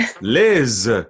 Liz